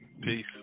Peace